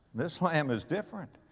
this lamb is different.